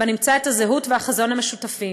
ובה נמצא את הזהות והחזון המשותפים,